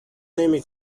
نمی